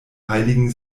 heiligen